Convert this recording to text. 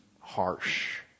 harsh